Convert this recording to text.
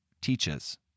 teaches